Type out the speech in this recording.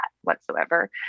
whatsoever